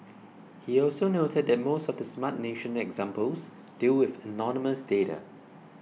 he also noted that most of the Smart Nation examples deal with anonymous data